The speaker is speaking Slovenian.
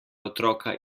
otroka